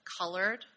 colored